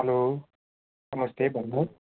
hello नमस्ते भन्नुहोस्